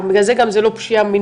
פשיעה.